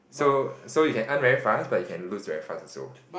so so you can earn very fast but you can lose very fast also